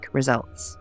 results